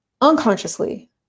unconsciously